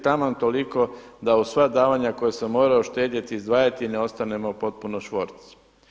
Taman toliko da uz sva davanja koja sam morao štedjeti, izdvajati ne ostanemo potpuno švorc.